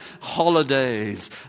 holidays